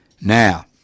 Now